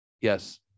Yes